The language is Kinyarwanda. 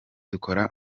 dukora